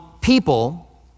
people